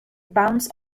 bounce